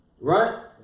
right